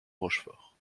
rochefort